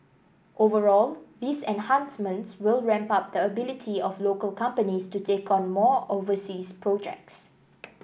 overall these enhancements will ramp up the ability of local companies to take on more overseas projects